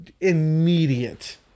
Immediate